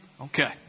Okay